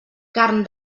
carn